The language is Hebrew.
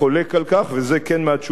וזה כן מהתשובה הרשמית,